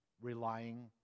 relying